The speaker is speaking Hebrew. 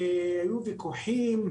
היו ויכוחים,